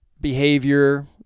behavior